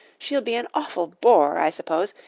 she'll be an awful bore, i suppose,